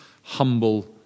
humble